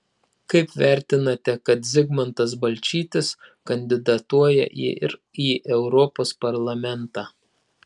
kaip vertinate kad zigmantas balčytis kandidatuoja ir į europos parlamentą